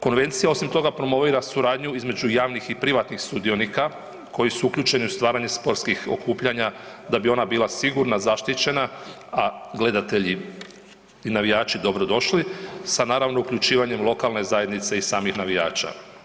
Konvencija osim toga, promovira suradnju između javnih i privatnih sudionika koji su uključeni u stvaranje sportskih okupljanja, da bi ona bila sigurna, zaštićena, a gledatelji i navijači dobrodošli, sa naravno, uključivanjem lokalne zajednice i samih navijača.